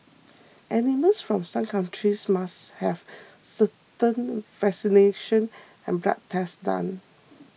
animals from some countries must have certain vaccination and blood tests done